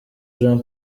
jean